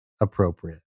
appropriate